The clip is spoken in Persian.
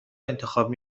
انتخاب